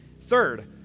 Third